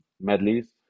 medleys